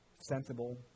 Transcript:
sensible